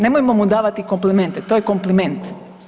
Nemojmo mu davati komplimente, to je kompliment.